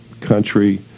Country